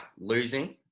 losing